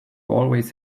always